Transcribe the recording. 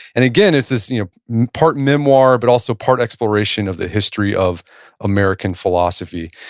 and again, it's this you know part memoir, but also part exploration of the history of american philosophy.